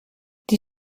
die